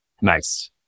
Nice